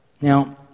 Now